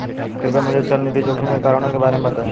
कृपया मुझे चल निधि जोखिम के कारणों के बारे में बताएं